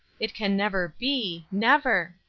it can never be, never.